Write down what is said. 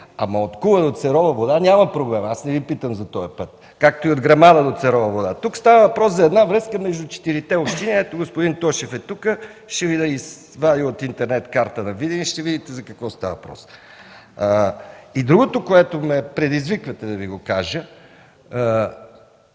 но от Кула до Церова вода няма проблем. Аз не Ви питам за този път, както и от Грамада до Церова вода. Тук става въпрос за една връзка между четирите общини. Ето, господин Тошев е тук, ще Ви извади от интернет карта на Видин и ще видите за какво става въпрос. Друго, което ме предизвиквате да Ви кажа